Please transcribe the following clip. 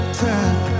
time